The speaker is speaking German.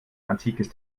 antikes